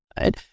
right